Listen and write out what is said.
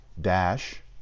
dash